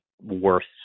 worse